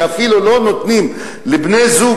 כשאפילו לא נותנים לבני-זוג,